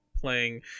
playing